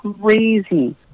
crazy